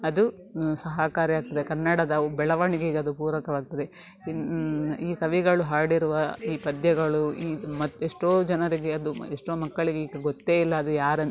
ಅದು ಸಹಕಾರಿ ಆಗ್ತದೆ ಕನ್ನಡದ ಅವು ಬೆಳವಣಿಗೆಗದು ಪೂರಕವಾಗ್ತದೆ ಇನ್ನು ಈ ಕವಿಗಳು ಹಾಡಿರುವ ಈ ಪದ್ಯಗಳು ಈ ಮತ್ತೆಷ್ಟೋ ಜನರಿಗೆ ಅದು ಎಷ್ಟೋ ಮಕ್ಕಳಿಗೆ ಈಗ ಗೊತ್ತೇ ಇಲ್ಲ ಅದು ಯಾರಂತ